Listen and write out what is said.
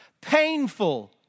painful